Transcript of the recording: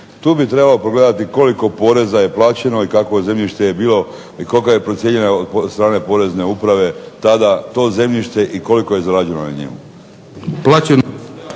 Tu bi trebalo pogledati koliko je poreza plaćeno i kakvo zemljište je bilo i tko ga je procijenio od strane Porezne uprave tada to zemljište i koliko je zarađeno na njemu.